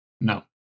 no